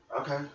okay